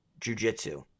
jujitsu